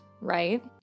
right